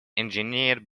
engineered